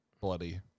bloody